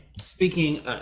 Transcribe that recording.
Speaking